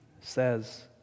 says